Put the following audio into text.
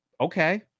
okay